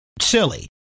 silly